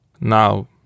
Now